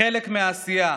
חלק מהעשייה.